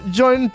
join